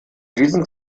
diesen